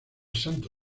santo